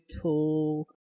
tool